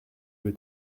veux